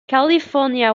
california